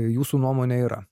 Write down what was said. jūsų nuomone yra